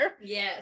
Yes